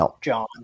John